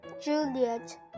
Juliet